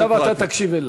עכשיו אתה תקשיב לי.